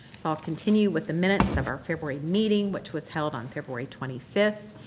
so, i'll continue with the minutes of our february meeting which was held on february twenty fifth.